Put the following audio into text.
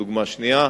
דוגמה שנייה.